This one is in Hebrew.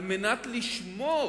כדי לשמור